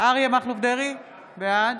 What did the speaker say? בעד